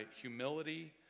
humility